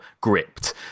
gripped